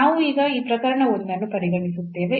ನಾವು ಈಗ ಈ ಪ್ರಕರಣ 1 ಅನ್ನು ಪರಿಗಣಿಸುತ್ತೇವೆ